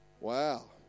Wow